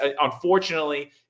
Unfortunately